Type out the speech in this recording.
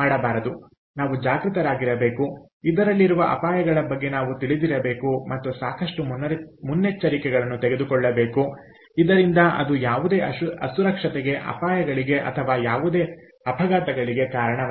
ಮಾಡಬಾರದು ನಾವು ಜಾಗೃತರಾಗಿರಬೇಕು ಇದರಲ್ಲಿರುವ ಅಪಾಯಗಳ ಬಗ್ಗೆ ನಾವು ತಿಳಿದಿರಬೇಕು ಮತ್ತು ಸಾಕಷ್ಟು ಮುನ್ನೆಚ್ಚರಿಕೆಗಳನ್ನು ತೆಗೆದುಕೊಳ್ಳಬೇಕು ಇದರಿಂದ ಅದು ಯಾವುದೇ ಅಸುರಕ್ಷತೆಗೆ ಅಪಾಯಗಳಿಗೆ ಅಥವಾ ಯಾವುದೇ ಅಪಘಾತಗಳಿಗೆ ಕಾರಣವಾಗುವುದಿಲ್ಲ